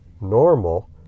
normal